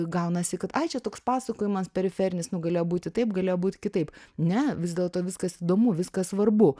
gaunasi kad tai čia toks pasakojimas periferinis nu galėjo būti taip galėjo būt kitaip ne vis dėlto viskas įdomu viskas svarbu